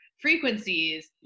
frequencies